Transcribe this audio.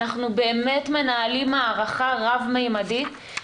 אנחנו באמת מנהלים מערכה רב-ממדתית,